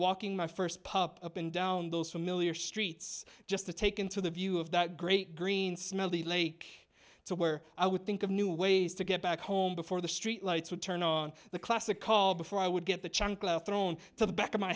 walking my st pup up and down those familiar streets just to take into the view of that great green smelly lake to where i would think of new ways to get back home before the street lights would turn on the classic call before i would get the chunk thrown to the back